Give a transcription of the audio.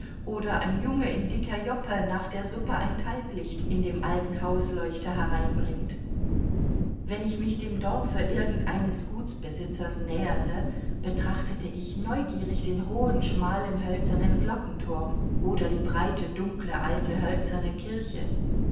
oder ein junge in dicker joppe nach der suppe ein talglicht in dem alten hausleuchter hereinbringt wenn ich mich dem dorfe irgendeines gutsbesitzers näherte betrachtete ich neugierig den hohen schmalen hölzernen glockenturm oder die breite dunkle alte hölzerne kirche